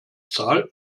zahl